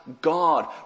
God